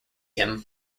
him